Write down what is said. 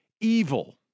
evil